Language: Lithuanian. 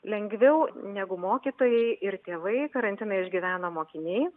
lengviau negu mokytojai ir tėvai karantiną išgyveno mokiniai